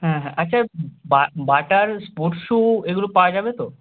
হ্যাঁ হ্যাঁ আচ্ছা বাটার স্পোর্টস শ্যু এগুলো পাওয়া যাবে তো